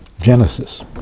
Genesis